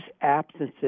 absences